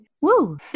Woo